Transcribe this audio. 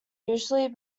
usually